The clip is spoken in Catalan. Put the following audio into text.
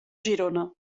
girona